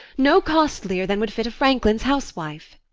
no costlier than would fit a franklin's huswife.